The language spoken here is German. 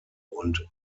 und